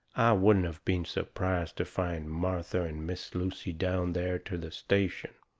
wouldn't of been surprised to find martha and miss lucy down there to the station.